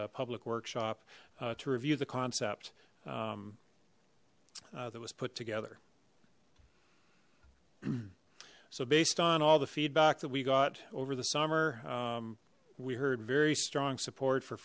a public workshop uh to review the concept that was put together so based on all the feedback that we got over the summer we heard very strong support for